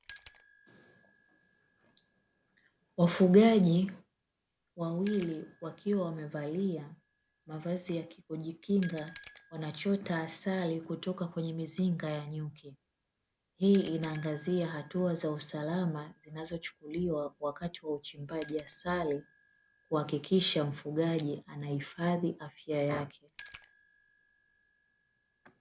Wafugaji wawili wakiwa wamevalia mavazi ya kujikinga wanachota asali kutoka kwenye mizinga ya nyuki hii inaangazia hatua za usalama zinazochukuliwa wakati wa uchimbaji asali kuhakikisha mfugaji anahifadhi afya yake.